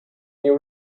you